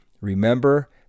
remember